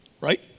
right